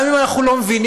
גם אם אנחנו לא מבינים,